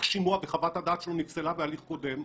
שימוע וחוות הדעת שלו נפסלה בהליך קודם.